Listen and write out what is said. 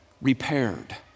repaired